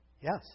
Yes